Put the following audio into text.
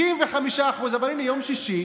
65%. 35. אבל הינה סקר מיום שישי: